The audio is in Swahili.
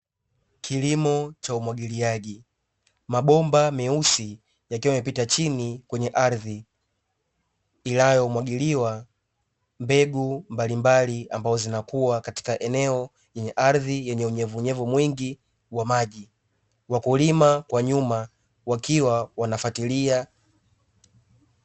Kilimo cha umwagiliaji mabomba meusi yakiwa yamepita chini kwenye ardhi inayomwagiliwa mbegu mbalimbali, ambazo zinakuwa katika eneo yenye ardhi yenye unyevunyevu mwingi wa maji wakulima kwa nyuma wakiwa wanafuatilia.